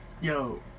Yo